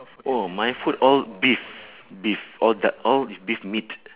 oh my food all beef beef all the all is beef meat